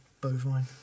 bovine